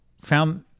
found